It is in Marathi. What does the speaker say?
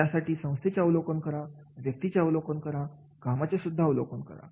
यासाठी संस्थेचे अवलोकन कराव्यक्तीचे अवलोकन करा कामाचे अवलोकन करा